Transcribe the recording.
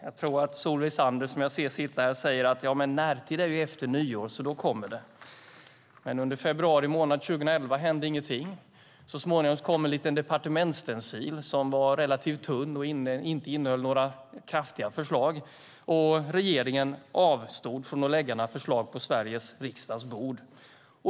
Jag tror att Solveig Zander, som jag ser sitter här, sade att närtid är efter nyår, då kommer det. Men under februari månad 2011 hände ingenting. Så småningom kom en liten departementsstencil som var relativt tunn och inte innehöll några kraftiga förslag. Regeringen avstod från att lägga fram några förslag på Sveriges riksdags bord.